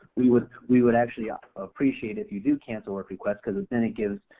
we would we would actually ah appreciate if you do cancel work request because then it gives,